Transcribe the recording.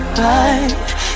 right